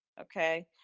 Okay